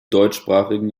deutschsprachigen